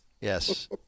Yes